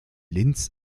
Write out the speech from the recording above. linz